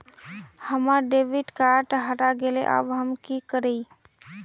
हमर debit card हरा गेले अब हम की करिये?